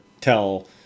tell